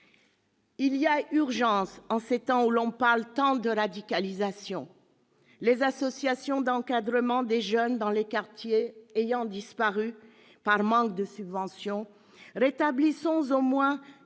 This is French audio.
Il y a urgence, en ces temps où l'on parle tant de radicalisation. Les associations d'encadrement des jeunes dans les quartiers ayant disparu par manque de subventions, rétablissons au moins